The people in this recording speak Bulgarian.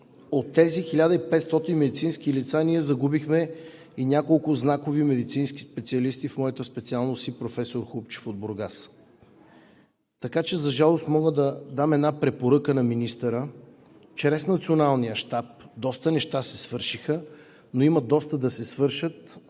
От тези 1500 медицински лица ние загубихме и няколко знакови медицински специалисти, в моята специалност, и професор Хубчев от град Бургас, за жалост. Мога да дам препоръка на министъра – чрез Националния щаб доста неща се свършиха, но има доста да се свършат.